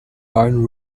wine